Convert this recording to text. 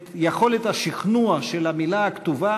את יכולת השכנוע של המילה הכתובה